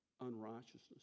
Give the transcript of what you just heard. unrighteousness